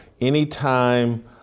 anytime